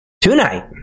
tonight